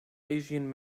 asian